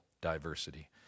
diversity